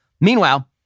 Meanwhile